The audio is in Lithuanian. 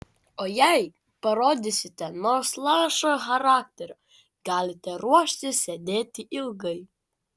o jei parodysite nors lašą charakterio galite ruoštis sėdėti ilgai